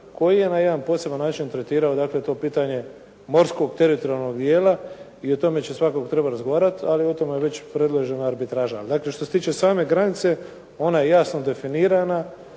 koji je na jedan poseban način tretirao, dakle to pitanje morskog teritorijalnog dijela i o tome će svakako trebati razgovarati, ali o tome je već predložena arbitraža. Dakle, što se tiče same granice, ona je jasno definirana,